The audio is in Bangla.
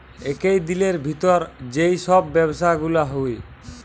একই দিলের ভিতর যেই সব ব্যবসা গুলা হউ